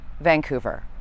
Vancouver